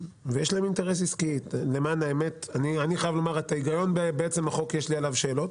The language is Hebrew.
ויש להם אינטרס עסקי על החוק יש לי שאלות,